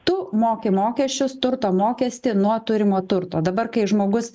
tu moki mokesčius turto mokestį nuo turimo turto dabar kai žmogus